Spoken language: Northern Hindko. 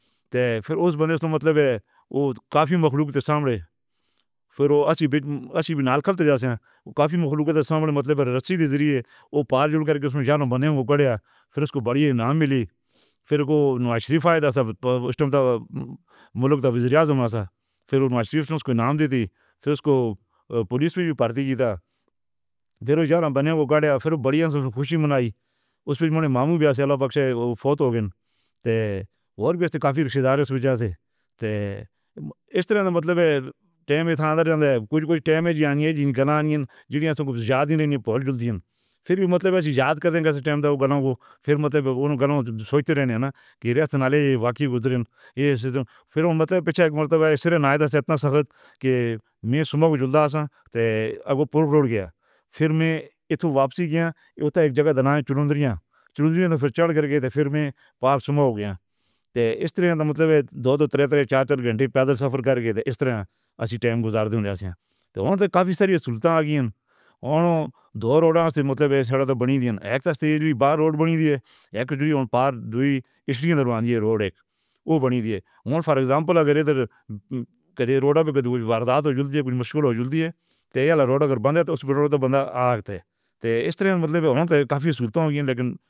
تو پھر اوہ بنے تو مطلب ہے اوہ کافی پھر اوہ کافی پھر اوہ نام دے دی۔ پھر اوہنوں پولیس وی پارٹی جیندی۔ پھر اوہ پھر اوہ بڑھیا سے خوشی منائی اوہپے اَور وی کافی رشتے دار ہے سے سن ایس طرحاں توں مطلب ہے۔ پھر وی مطلب ایسے یاد کر دیسن پھر مطلب اوہ، پھر میں ایہ تو واپسی گیا ایہ تو اک جگہ۔ تے ایس طرحاں دا مطلب ہے دو دو طرح طرح چار 4 گھنٹے پیدل سفر کر گئے سن۔ ایس طرح ایسی ٹائم گزاردی ہو جاندی ہے تو اتھوں توں کافی ساری اصلوتا آ گئی۔ ہم تے دو روڈ توں مطلب ہے اک اک واری روڈ بنی دتی روڈ اک اوہ بنی دتی نوٹ فار ایکزامپل۔ کہ دے کوئی واردات ہو جُلدی ہے۔ مشہور ہو جُلدی ہے تو یار اگر بند ہے تو اوہ بندا آ رہے سن ایس طرح کافی لیکن۔